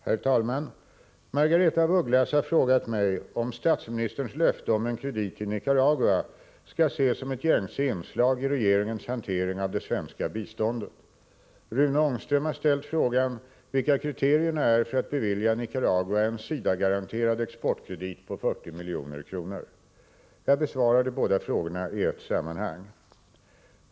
Herr talman! Margaretha af Ugglas har frågat mig om statsministerns löfte om en kredit till Nicaragua skall ses som ett gängse inslag i regeringens hantering av det svenska biståndet. Rune Ångström har ställt frågan vilka kriterierna är för att bevilja Nicaragua en SIDA-garanterad exportkredit på 40 milj.kr. Jag besvarar de båda frågorna i ett sammanhang.